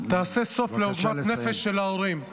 תעשה סוף לעוגמת הנפש של ההורים,